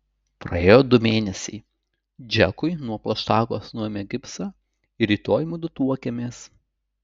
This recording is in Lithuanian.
praėjo du mėnesiai džekui nuo plaštakos nuėmė gipsą ir rytoj mudu tuokiamės